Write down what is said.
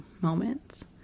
moments